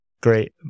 great